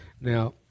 Now